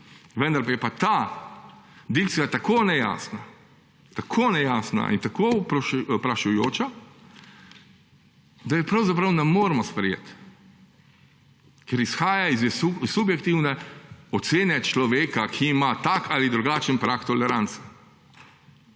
Vendar je pa ta dikcija tako nejasna, tako nejasna in tako vprašujoča, da je pravzaprav ne moremo sprejeti, ker izhaja iz subjektivne ocene človeka, ki ima tak ali drugačen prag tolerance.